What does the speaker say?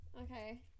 Okay